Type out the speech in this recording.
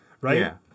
right